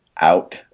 out